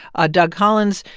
ah doug collins,